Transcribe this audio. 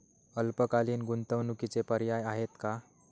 अल्पकालीन गुंतवणूकीचे पर्याय आहेत का?